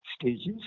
stages